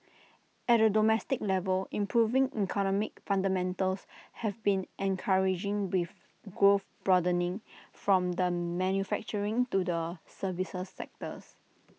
at A domestic level improving economic fundamentals have been encouraging with growth broadening from the manufacturing to the services sectors